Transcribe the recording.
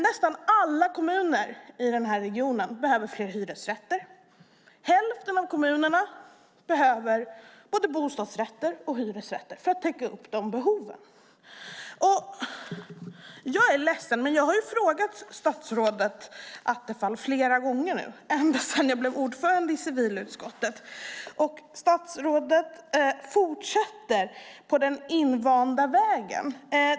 Nästan alla kommuner i regionen behöver flera hyresrätter. Hälften av kommunerna behöver både bostadsrätter och hyresrätter för att täcka upp behoven. Jag är ledsen, men jag har nu frågat statsrådet Attefall flera gånger, ända sedan jag blev ordförande i civilutskottet, och statsrådet bara fortsätter på den invanda vägen.